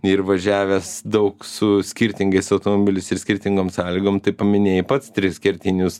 ir važiavęs daug su skirtingais automobiliais ir skirtingom sąlygom tu paminėjai pats tris kertinius